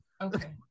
Okay